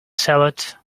salad